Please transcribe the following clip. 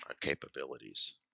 capabilities